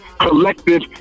collective